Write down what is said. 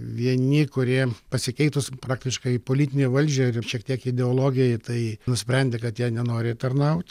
vieni kurie pasikeitus praktiškai į politinei valdžiai ir šiek tiek ideologijai tai nusprendė kad jie nenori tarnaut